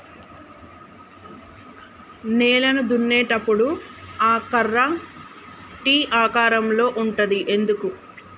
నేలను దున్నేటప్పుడు ఆ కర్ర టీ ఆకారం లో ఉంటది ఎందుకు?